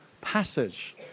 passage